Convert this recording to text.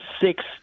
six